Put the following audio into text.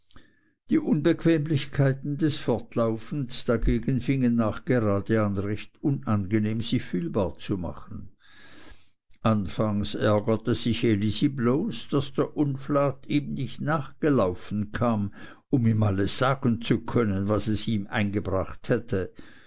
die unbequemlichkeiten des fortlaufens dagegen fingen nachgerade an recht unangenehm sich fühlbar zu machen anfangs ärgerte sich elisi bloß daß der unflat ihm nicht nachgelaufen kam um ihm alles sagen zu können was es ihm eingebracht hätte